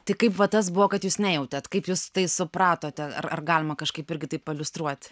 tai va tas buvo kad jūs nejautėt kaip jūs tai supratote ar ar galima kažkaip irgi tai pailiustruot